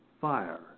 fire